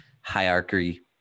hierarchy